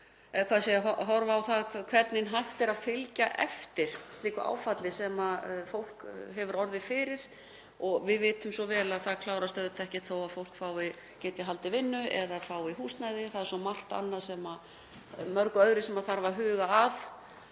við að reyna horfa á það hvernig hægt er að fylgja eftir slíku áfalli sem fólk hefur orðið fyrir. Við vitum svo vel að það klárast auðvitað ekkert þótt fólk geti haldið vinnu eða fái húsnæði, það er svo margt annað sem þarf að huga að,